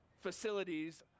facilities